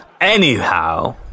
Anyhow